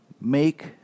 make